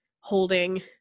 holding